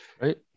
right